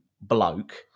bloke